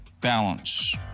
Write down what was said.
Balance